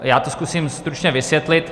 Já to zkusím stručně vysvětlit.